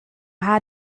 how